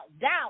doubt